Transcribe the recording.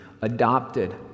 adopted